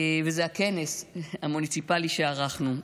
וזה הכנס המוניציפלי שערכנו.